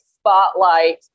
spotlight